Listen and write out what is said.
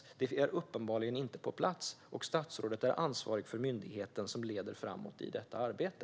En sådan finns uppenbarligen inte på plats, och statsrådet är ansvarig för den myndighet som leder framåt i detta arbete.